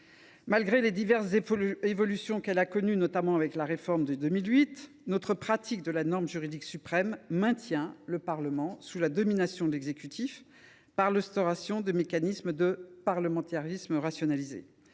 Malgré les diverses évolutions qu’elle a connues, notamment avec la réforme de 2008, notre pratique de la norme juridique suprême maintient le Parlement sous la domination de l’exécutif, par l’instauration de mécanismes de parlementarisme rationalisé.